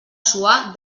suar